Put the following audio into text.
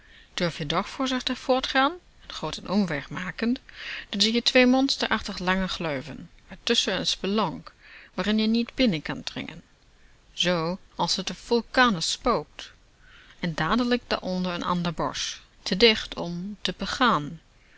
durf je toch voorzichtig voortgaan een grooten omweg makend dan zie je twee monsterachtig lange gleuven waartusschen een spelonk waarin je niet binnen kan dringen z als t r vulkanisch spookt en dadelijk daaronder een ander bosch te dicht om te begaan